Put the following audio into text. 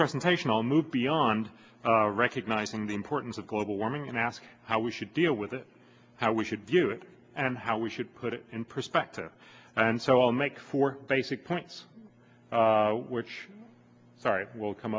presentation i'll move beyond recognizing the importance of global warming and ask how we should deal with it how we should do it and how we should put it in perspective and so i'll make four basic points which will come